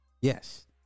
Yes